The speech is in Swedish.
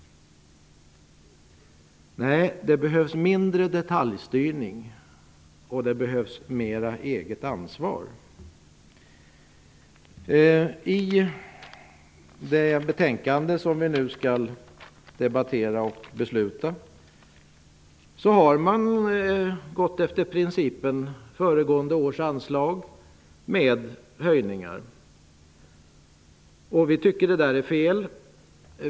Nej, det behövs mindre detaljstyrning, och det behövs mer eget ansvar. I det betänkande vi nu skall debattera har man gått efter principen att föregående års anslag med höjningar skall bestämma storleken på nästa års anlag. Vi i Ny demokrati tycker att det är fel.